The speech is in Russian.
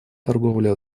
торговле